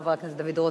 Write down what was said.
חבר הכנסת דוד רותם,